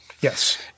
Yes